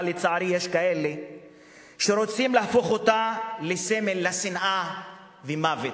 אבל לצערי יש כאלה שרוצים להפוך אותה לסמל לשנאה ומוות,